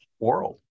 world